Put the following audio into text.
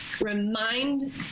remind